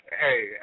Hey